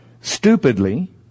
stupidly